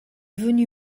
venu